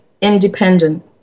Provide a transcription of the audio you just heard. independent